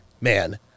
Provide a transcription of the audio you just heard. man